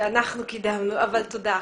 שאנחנו קידמנו, אבל תודה.